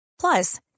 Plus